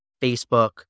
Facebook